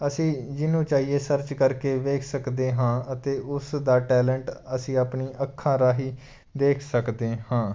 ਅਸੀਂ ਜਿਹਨੂੰ ਚਾਹੀਏ ਸਰਚ ਕਰਕੇ ਵੇਖ ਸਕਦੇ ਹਾਂ ਅਤੇ ਉਸ ਦਾ ਟੈਲੈਂਟ ਅਸੀਂ ਆਪਣੀਆਂ ਅੱਖਾਂ ਰਾਹੀ ਦੇਖ ਸਕਦੇ ਹਾਂ